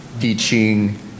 teaching